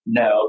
no